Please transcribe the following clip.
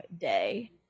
day